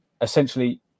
essentially